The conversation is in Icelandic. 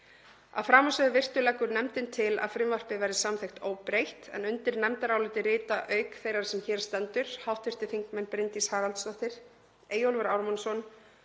Að framansögðu virtu leggur nefndin til að frumvarpið verði samþykkt óbreytt en undir nefndarálitið rita, auk þeirrar sem hér stendur, hv. þingmenn Bryndís Haraldsdóttir, Eyjólfur Ármannsson,